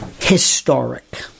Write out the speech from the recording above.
historic